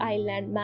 Island